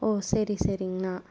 ஓ சரி சரிங்ணா